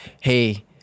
hey